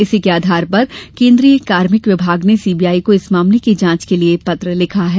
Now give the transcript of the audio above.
इसी के आधार पर केन्द्रीय कार्मिक विभाग ने सीबीआई को इस मामले की जांच के लिये पत्र लिखा है